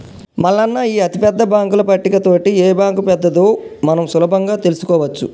మల్లన్న ఈ అతిపెద్ద బాంకుల పట్టిక తోటి ఏ బాంకు పెద్దదో మనం సులభంగా తెలుసుకోవచ్చు